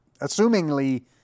assumingly